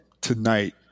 tonight